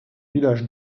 villages